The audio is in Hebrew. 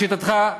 לשיטתך,